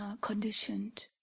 conditioned